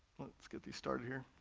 let's get these started here.